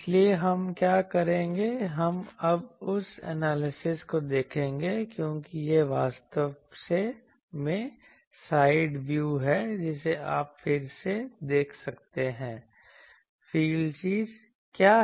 इसलिए हम क्या करेंगे हम अब उस एनालिसिस को देखेंगे क्योंकि यह वास्तव में साइड व्यू है जिसे आप फिर से देख सकते हैं कि फ़ील्ड चीज़ यहाँ है